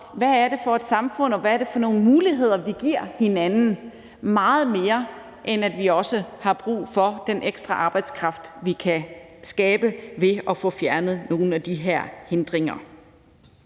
hvad det er for et samfund, og hvad det er for nogle muligheder, vi giver hinanden, meget mere end at vi også har brug for den ekstra arbejdskraft, vi kan skabe ved at få fjernet nogle af de her hindringer.